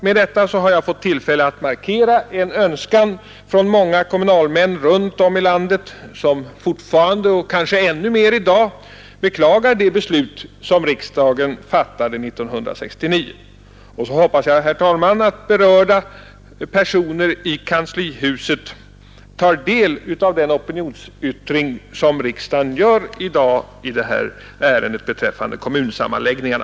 Med detta har jag fått tillfälle att markera en önskan från många kommunalmän runt om i landet som fortfarande — och kanske ännu mer i dag — beklagar det beslut som riksdagen fattade 1969. Och så hoppas jag, herr talman, att berörda personer i kanslihuset tar del av den opinionsyttring som riksdagen gör i dag beträffande kommunsammanläggningarna.